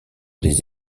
des